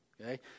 okay